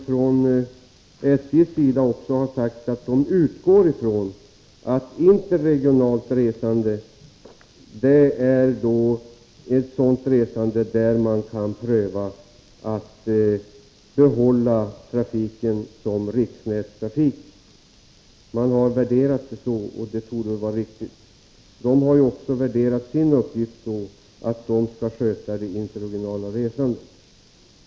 Från SJ:s sida har man sagt att man utgår från att interregionalt resande är ett sådant resande där man kan pröva att behålla trafiken som riksnätstrafik. Man har värderat det på ett sådant sätt, och det torde väl vara riktigt. SJ anser också att det interregionala resandet ingår i dess uppgifter.